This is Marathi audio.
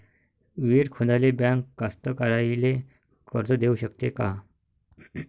विहीर खोदाले बँक कास्तकाराइले कर्ज देऊ शकते का?